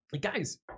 guys